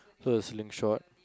so a slingshot